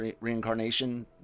reincarnation